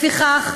לפיכך,